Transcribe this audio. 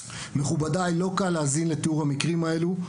מכובדי, לא קל להאזין לתיאור המקרים האלו,